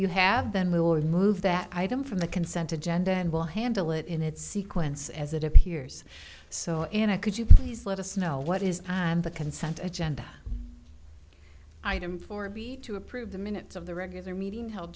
you have then we will remove that item from the consent agenda and will handle it in its sequence as it appears so in a could you please let us know what is on the consent agenda item four b to approve the minutes of the regular meeting held